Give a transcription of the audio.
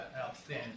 outstanding